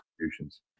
contributions